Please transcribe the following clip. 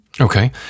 okay